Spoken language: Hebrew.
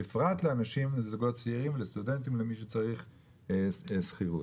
בפרט לזוגות צעירים ולסטודנטים ולמי שצריך דירות בשכירות.